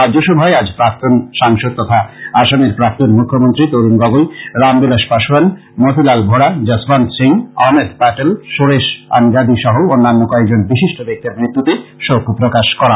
রাজ্যসভায় আজ প্রাক্তন সাংসদ তথা আসামের প্রাক্তন মুখ্যমন্ত্রী তরুণ গগৈ রামবিলাশ পাশোয়ান মতিলাল ভোরা যশবন্ত সিং আহমেদ প্যাটেল সুরেশ আনগাদি সহ অন্যান্য কয়েকজন বিশিষ্ট ব্যাক্তির মৃত্যুতে শোক প্রকাশ করা হয়